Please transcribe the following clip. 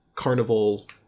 carnival